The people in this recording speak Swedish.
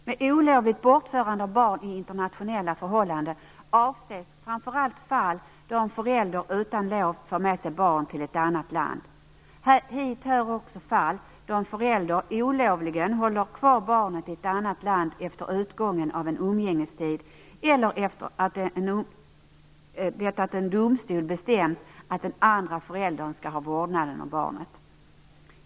Med olovligt bortförande av barn i internationella förhållanden avses framför allt fall då en förälder utan lov för med sig barn till ett annat land. Hit hör också fall då en förälder olovligen håller kvar barnet i ett annat land efter utgången av en umgängestid eller efter det att en domstol bestämt att den andra föräldern skall ha vårdnaden om barnet.